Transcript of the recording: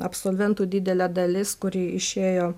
absolventų didelė dalis kuri išėjo